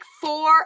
four